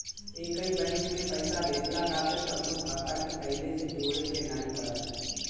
एकही बैंक में पईसा भेजला खातिर कवनो खाता के पहिले से जोड़े के नाइ पड़त हअ